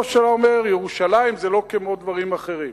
ראש הממשלה אומר: ירושלים זה לא כמו דברים אחרים.